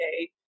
okay